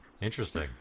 Interesting